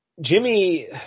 Jimmy